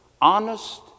honest